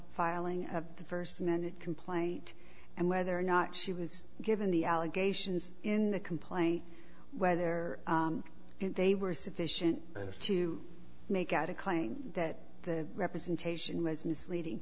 filing of the first minute complaint and whether or not she was given the allegations in the complaint whether they were sufficient to make out a claim that the representation was misleading